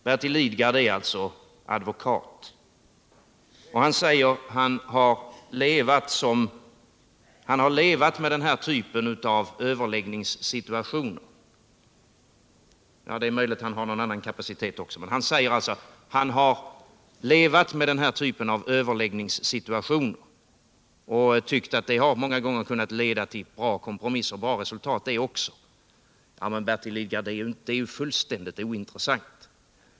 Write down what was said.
Bertil Lidgard är advokat — det är möjligt att han har någon annan kapacitet också — och har levat med den här typen av överläggningssituationer och tyckt att de många gånger kunnat leda till bra kompromisser, bra resultat, de också. Ja, men, Bertil Lidgard, det är ju fullständigt ointressant.